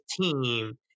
team